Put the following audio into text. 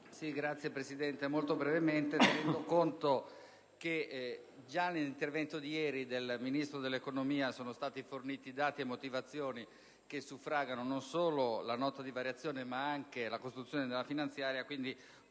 delle finanze*. Signor Presidente, tenendo conto che già nell'intervento di ieri del Ministro dell'economia sono stati forniti dati e motivazioni che suffragano non solo la Nota di aggiornamento, ma anche la costruzione della finanziaria,